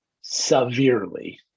severely